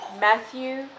matthew